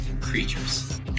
creatures